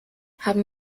haben